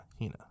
Hina